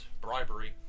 bribery